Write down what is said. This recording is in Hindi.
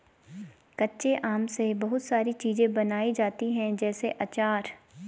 कच्चे आम से बहुत सारी चीज़ें बनाई जाती है जैसे आचार